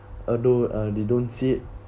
although uh they don't see it